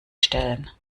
stellen